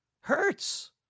Hurts